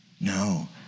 No